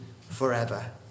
forever